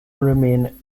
remain